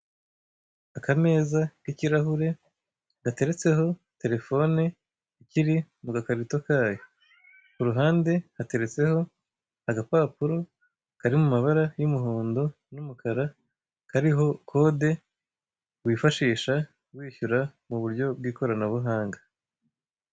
Akameza k'ikirahure, gateretseho telefone ikiri mu gakarito kayo, ku ruhande hateretseho agapapuro kari mu mabara y'umuhondo n'umukara, kariho kode wifashisha wishyura mu buryo bw'ikoranabuhanga.